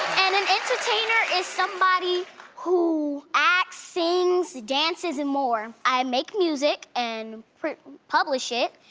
and an entertainer is somebody who acts, sings, dances, and more. i make music and publish it.